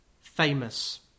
famous